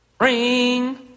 ring